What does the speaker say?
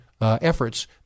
Efforts